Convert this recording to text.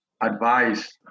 advice